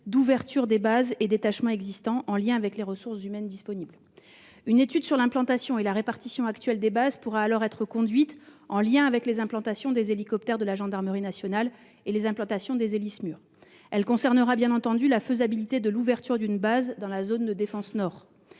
d'ouverture des bases et détachements existants en lien avec les ressources humaines disponibles. Une étude sur l'implantation et la répartition actuelle des bases pourra alors être conduite, en lien avec les implantations des hélicoptères de la gendarmerie nationale et de celles des HéliSmur du service mobile d'urgence et de réanimation (Smur). Elle concernera bien entendu la faisabilité de l'ouverture d'une base dans la zone de défense nord.